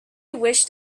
wished